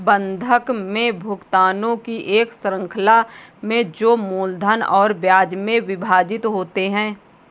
बंधक में भुगतानों की एक श्रृंखला में जो मूलधन और ब्याज में विभाजित होते है